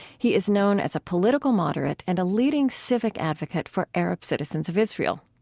he is known as a political moderate and a leading civic advocate for arab citizens of israel.